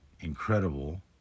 incredible